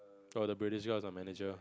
oh the British guy is our manager